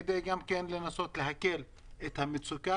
כדי לנסות להקל את המצוקה.